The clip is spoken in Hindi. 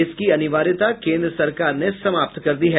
इसकी अनिवार्यता केन्द्र सरकार ने समाप्त कर दी है